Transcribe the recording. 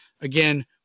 again